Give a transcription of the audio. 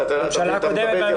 אתה מבין,